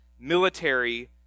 military